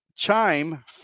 Chime